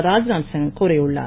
ராஜ்நாத் சிங் கூறியுள்ளார்